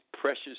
precious